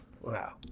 Wow